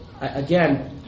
again